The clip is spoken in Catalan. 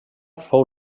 fou